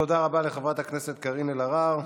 תודה רבה לחברת הכנסת קארין אלהרר.